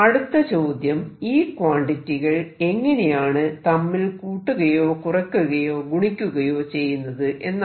അടുത്ത ചോദ്യം ഈ ക്വാണ്ടിറ്റികൾ എങ്ങനെയാണ് തമ്മിൽ കൂട്ടുകയോ കുറയ്ക്കുകയോ ഗുണിക്കുകയോ ചെയ്യുന്നത് എന്നാണ്